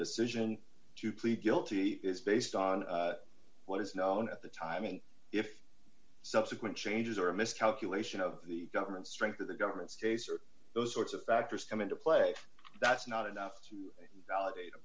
decision to plead guilty is based on what is known at the time i mean if subsequent changes or a miscalculation of the government strength or the government's case or those sorts of factors come into play that's not enough to validate the